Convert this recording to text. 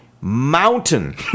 Mountain